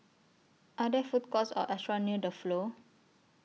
Are There Food Courts Or restaurants near The Flow